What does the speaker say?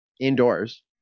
Indoors